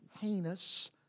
heinous